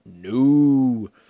No